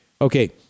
Okay